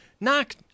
knock